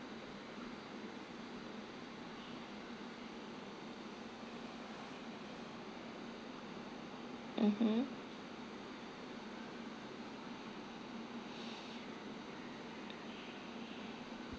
mmhmm